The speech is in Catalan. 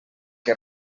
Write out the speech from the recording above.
que